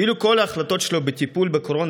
אילו כל ההחלטות שלו בטיפול בקורונה